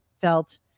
felt